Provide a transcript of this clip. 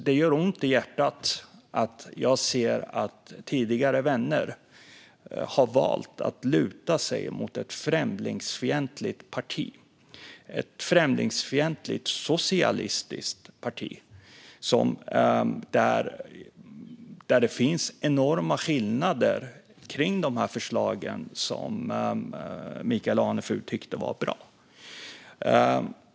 Det gör ont i hjärtat att se att tidigare vänner har valt att luta sig mot ett främlingsfientligt, socialistiskt parti där det finns enorma skillnader mot de förslag som Michael Anefur tyckte var bra.